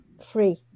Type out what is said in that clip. free